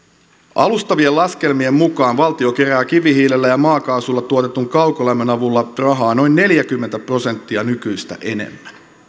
alustavien laskelmien mukaan valtio kerää kivihiilellä ja maakaasulla tuotetun kaukolämmön avulla rahaa noin neljäkymmentä prosenttia nykyistä enemmän